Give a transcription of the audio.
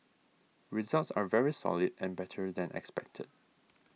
results are very solid and better than expected